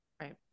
right